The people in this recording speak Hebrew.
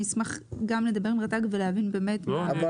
אני אשמח לדבר עם רט"ג ולהבין באמת מה --- אבל